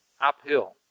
uphill